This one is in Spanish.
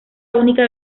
única